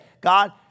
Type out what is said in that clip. God